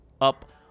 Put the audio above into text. up